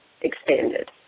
expanded